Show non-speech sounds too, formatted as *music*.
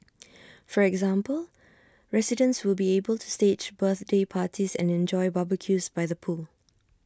*noise* for example residents will be able to stage birthday parties and enjoy barbecues by the pool